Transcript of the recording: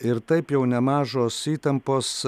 ir taip jau nemažos įtampos